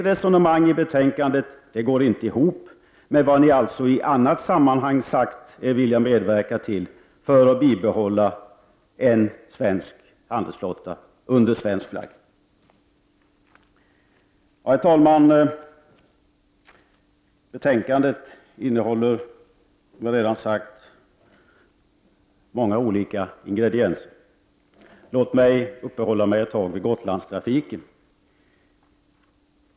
Reservanternas resonemang går inte ihop med vad de i andra sammanhang har sagt sig vilja medverka till i syfte att bibehålla en svensk handelsflotta under svensk flagg. Herr talman! Betänkandet innehåller som jag redan har sagt många olika ingredienser. Låt mig ett tag uppehålla mig vid Gotlandstrafiken.